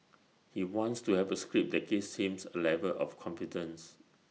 he wants to have A script that gives him A level of confidence